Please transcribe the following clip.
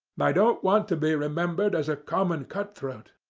i don't want to be remembered as a common cut-throat.